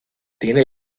tiene